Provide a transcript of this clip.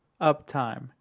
Uptime